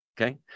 okay